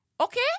Okay